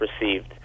received